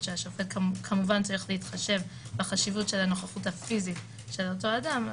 שהשופט כמובן צריך להתחשב בחשיבות של הנוכחות הפיזית של אותו אדם,